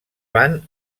van